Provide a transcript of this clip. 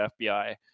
FBI